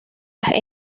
las